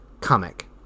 comic